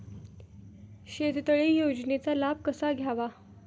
शेततळे योजनेचा लाभ कसा घ्यावा?